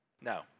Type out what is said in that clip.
No